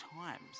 times